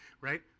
right